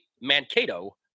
Mankato